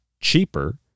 cheaper